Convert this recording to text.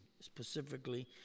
specifically